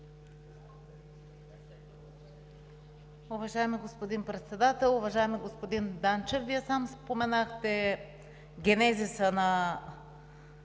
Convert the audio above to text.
Уважаеми господин Председател! Уважаеми господин Данчев, Вие сам споменахте генезиса на